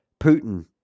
Putin